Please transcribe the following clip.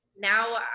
Now